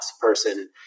person